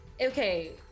Okay